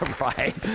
right